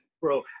Bro